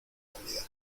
comida